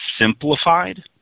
simplified